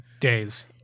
days